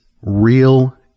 real